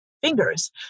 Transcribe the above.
fingers